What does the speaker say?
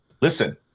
listen